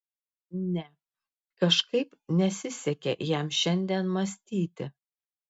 ne kažkaip nesisekė jam šiandien mąstyti